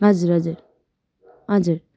हजुर हजुर हजुर